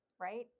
right